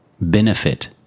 benefit